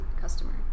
customer